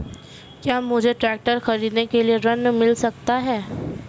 क्या मुझे ट्रैक्टर खरीदने के लिए ऋण मिल सकता है?